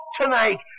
tonight